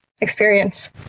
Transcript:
experience